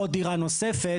עוד דירה נוספת,